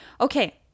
Okay